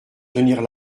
tenir